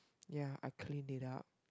ya I clean it up